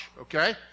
okay